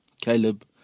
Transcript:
Caleb